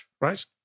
right